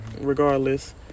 Regardless